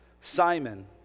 Simon